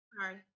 Sorry